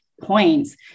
points